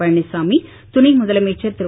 பழனிசாமி துணை முதலமைச்சர் திரு